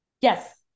Yes